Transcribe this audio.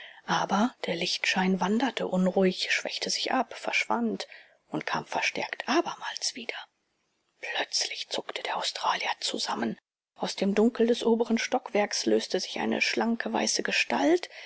aber der lichtschein wanderte unruhig schwächte sich ab verschwand und kam verstärkt abermals wieder plötzlich zuckte der australier zusammen aus dem dunkel des oberen stockwerks löste sich eine schlanke weiße gestalt